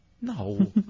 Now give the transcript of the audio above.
No